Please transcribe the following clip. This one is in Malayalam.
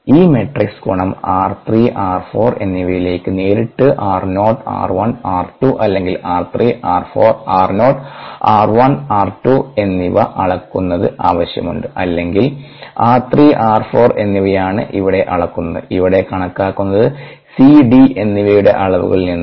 ഈ മാട്രിക്സ് ഗുണം r 3 r 4 എന്നിവയിലേക്ക് നേരിട്ട് rനോട്ട് r 1 r 2 അല്ലെങ്കിൽ r 3 r 4 r naught r 1 r 2 എന്നിവ അളക്കുന്നത് ആവശ്യമുണ്ട് അല്ലെങ്കിൽ r 3 r 4 എന്നിവയാണ് ഇവിടെ അളക്കുന്നത് ഇവിടെ കണക്കാക്കുന്നത് CD എന്നിവയുടെ അളവുകളിൽ നിന്ന്